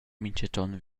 mintgaton